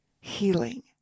healing